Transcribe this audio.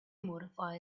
modify